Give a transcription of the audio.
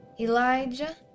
Elijah